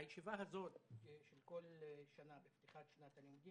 הישיבה הזו של כל שנה בפתיחת שנת הלימודים,